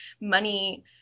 money